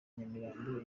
nyamirambo